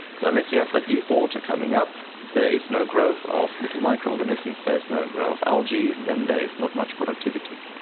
so unless you have that deep water coming up, there is no growth of little microorganisms, there's no growth of algae and then there is not much productivity.